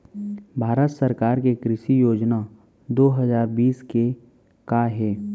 भारत सरकार के कृषि योजनाएं दो हजार बीस के का हे?